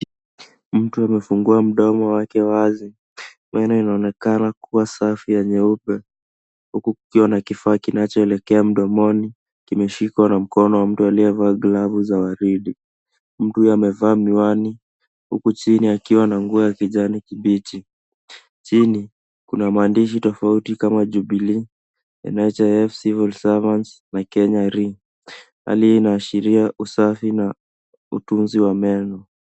Mtu amefungua mdomo wake wazi, meno inaonekana kuwa safi ya nyeupe, huku kukiwa na kifaa kinachoelekea mdomoni, kimeshikwa na mkono ya mtu aliyevaa glazu za waridi. Mtu huyo amevaa miwani huku chini akiwa na nguo ya kijani kibichi. Chini kuna maandishi tofauti kama jubilee, NHIF, cival servants, my KenyaRe, Hali hii inaashiria usafi na utunzi wa meno.